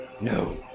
No